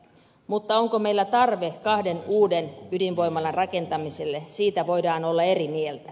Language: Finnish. mutta onko meillä tarve kahden uuden ydinvoimalan rakentamiselle siitä voidaan olla eri mieltä